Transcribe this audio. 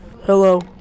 Hello